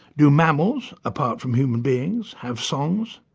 do mammals, apart from human beings, have songs?